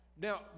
Now